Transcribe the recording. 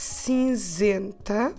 cinzenta